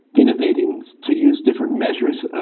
innovating to use different measures, ah